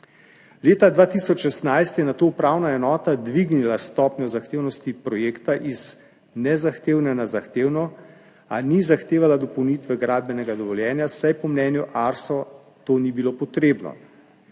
Leta 2016 je nato upravna enota dvignila stopnjo zahtevnosti projekta iz nezahtevne na zahtevno, a ni zahtevala dopolnitve gradbenega dovoljenja, saj po mnenju ARSO to ni bilo potrebno.